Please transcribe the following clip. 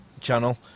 channel